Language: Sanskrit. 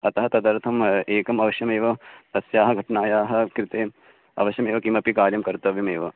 अतः तदर्थं एकम् अवश्यमेव तस्याः घटनायाः कृते अवश्यमेव किमपि कार्यं कर्तव्यमेव